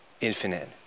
infinite